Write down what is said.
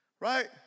Right